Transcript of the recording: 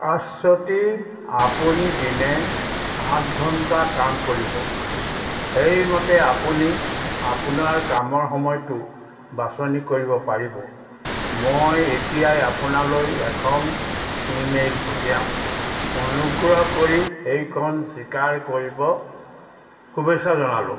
আশ্বতী আপুনি দিনে আঠ ঘণ্টা কাম কৰিব সেইমতে আপুনি আপোনাৰ কামৰ সময়টো বাছনি কৰিব পাৰিব মই এতিয়াই আপোনালৈ এখন ইমেইল পঠিয়াম অনুগ্ৰহ কৰি সেইখন স্বীকাৰ কৰিব শুভেচ্ছা জনালোঁ